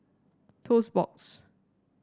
Toast Box